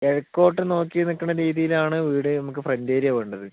കിഴക്കോട്ട് നോക്കി നിക്കണ രീതിയിലാണ് വീട് നമുക്ക് ഫ്രണ്ട് ഏരിയ വേണ്ടത്